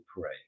pray